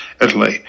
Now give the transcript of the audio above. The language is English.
Italy